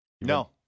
No